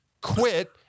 quit